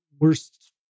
worst